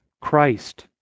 christ